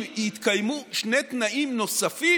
אם יתקיימו שני תנאים נוספים,